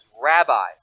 Rabbi